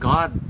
God